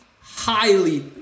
highly